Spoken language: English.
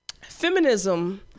feminism